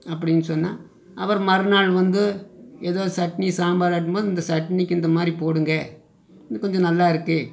அப்படின்னு சொன்னால் அப்புறம் மறுநாள் வந்து ஏதோ சட்னி சாம்பார் ஆக்கும் போது இந்த சட்னிக்கு இந்த மாதிரி போடுங்கள் இன்னும் கொஞ்சம் நல்லா இருக்கும்